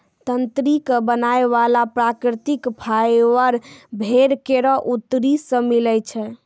तंत्री क बनाय वाला प्राकृतिक फाइबर भेड़ केरो अतरी सें मिलै छै